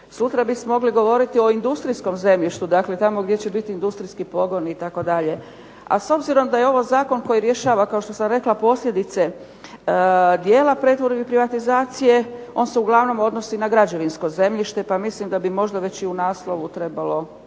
Sutra bismo mogli govoriti o industrijskom zemljištu. Dakle, tamo gdje će biti industrijski pogoni itd. A s obzirom da je ovo zakon koji rješava kao što sam rekla posljedice dijela pretvorbe i privatizacije on se uglavnom odnosi na građevinsko zemljište, pa mislim da bi možda već i u naslovu trebalo,